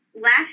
Last